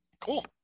cool